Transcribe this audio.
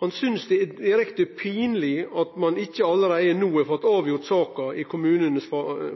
han synest det er direkte pinleg at ein ikkje allereie no har fått avgjort saka i kommunanes